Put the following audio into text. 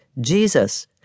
Jesus